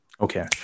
Okay